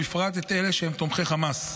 בפרט את אלה שהם תומכי חמאס.